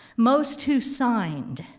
most who signed,